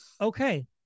Okay